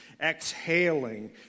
exhaling